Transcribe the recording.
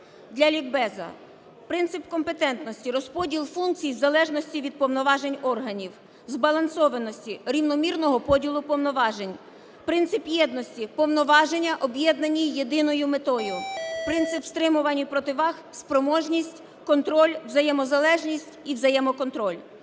Для лікбезу. Принцип компетентності – розподіл функцій в залежності від повноважень органів; збалансованості – рівномірного поділу повноважень; принцип єдності – повноваження, об'єднані єдиною метою; принцип стримувань і противаг – спроможність, контроль, взаємозалежність і взаємоконтроль.